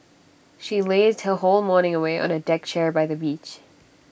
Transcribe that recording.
she lazed her whole morning away on A deck chair by the beach